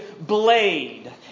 blade